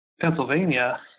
Pennsylvania